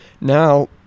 now